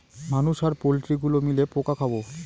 মানুষ আর পোল্ট্রি গুলো মিলে পোকা খাবো